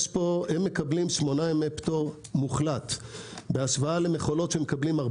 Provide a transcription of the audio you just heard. הם מקבלים שמונה ימי פטור מוחלט בהשוואה למכולות שמקבלים 4